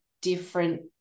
different